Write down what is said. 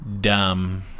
Dumb